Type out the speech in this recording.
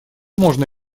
можно